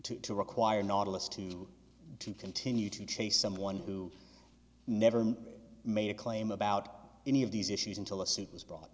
to to require nautilus to to continue to chase someone who never made a claim about any of these issues until the suit was brought